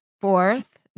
fourth